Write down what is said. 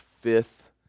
fifth